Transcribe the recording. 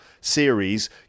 series